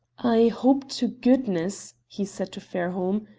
i hope to goodness, he said to fairholme,